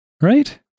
right